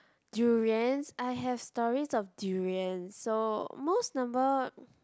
durians I have stories of durians so most number